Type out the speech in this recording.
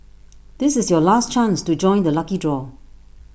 this is your last chance to join the lucky draw